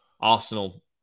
Arsenal